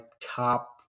top